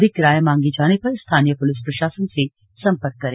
अधिक किराया मांगे जाने पर स्थानीय पुलिस प्रशासन से संपर्क करें